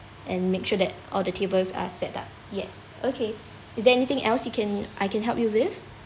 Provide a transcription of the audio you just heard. and make sure that all the tables are set up yes okay is there anything else you can I can help you with